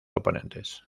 oponentes